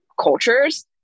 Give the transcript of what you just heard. cultures